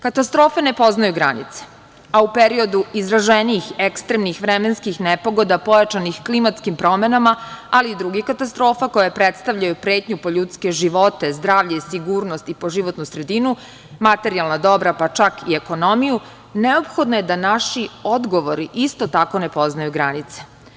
Katastrofe ne poznaju granice, a u periodu izraženijih ekstremnih vremenskih nepogoda, pojačanih klimatskim promenama, ali i drugih katastrofa koje predstavljaju pretnju po ljudske živote, zdravlje i sigurnost i po životnu sredinu, materijalna dobra, pa čak i ekonomiju, neophodno je da naši odgovori isto tako ne poznaju granice.